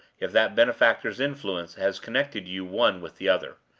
if that benefactor's influence has connected you one with the other.